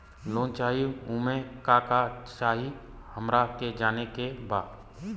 Loan चाही उमे का का चाही हमरा के जाने के बा?